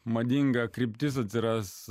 madinga kryptis atsiras